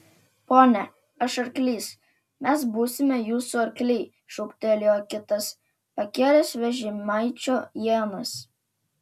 pone aš arklys mes būsime jūsų arkliai šūktelėjo kitas pakėlęs vežimaičio ienas